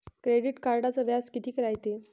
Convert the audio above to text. Credit कार्डचं व्याज कितीक रायते?